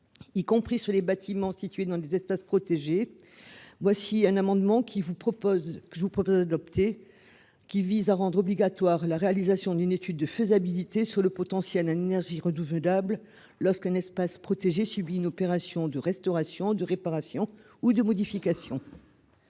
y compris sur les bâtiments situés dans des espaces protégés, voici un amendement qui vous propose que je vous propose d'adopter, qui vise à rendre obligatoire la réalisation d'une étude de faisabilité sur le potentiel d'énergie renouvelables lorsqu'un espace protégé subi une opération de restauration de réparation ou de modifications.